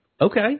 Okay